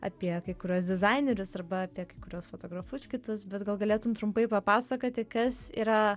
apie kai kuriuos dizainerius arba apie kai kuriuos fotografus kitus bet gal galėtum trumpai papasakoti kas yra